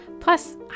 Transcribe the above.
Plus